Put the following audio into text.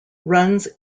runs